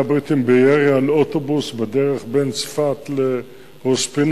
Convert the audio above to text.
הבריטים בירי על אוטובוס בדרך בין צפת לראש-פינה,